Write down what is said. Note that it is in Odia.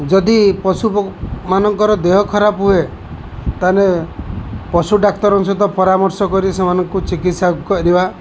ଯଦି ପଶୁ ମାନଙ୍କର ଦେହ ଖରାପ ହୁଏ ତା'ହେଲେ ପଶୁ ଡାକ୍ତରଙ୍କ ସହିତ ପରାମର୍ଶ କରି ସେମାନଙ୍କୁ ଚିକିତ୍ସା କରିବା